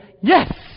Yes